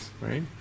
right